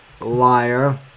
liar